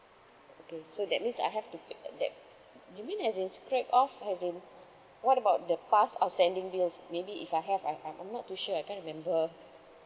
okay so that means I have to pay uh that you mean as in scrape off as in what about the past outstanding bills maybe if I have I I'm not too sure I can't remember